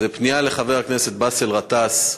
זו פנייה לחבר הכנסת באסל גטאס,